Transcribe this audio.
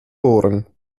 bohren